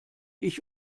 ich